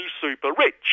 super-rich